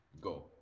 go